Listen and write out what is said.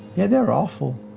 yeah, they're awful.